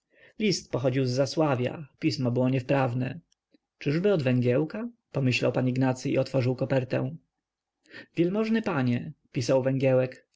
list pochodził z zasławia pismo było niewprawne czyby od węgiełka pomyślał pan ignacy i otworzył kopertę wielmożny panie pisał węgiełek